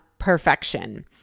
perfection